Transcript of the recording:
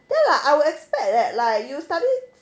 then like I will that like expect you study